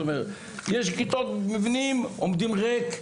זאת אומרת יש כיתות מבנים עומדים ריק,